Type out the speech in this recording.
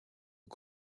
aux